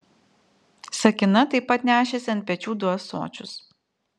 sakina taip pat nešėsi ant pečių du ąsočius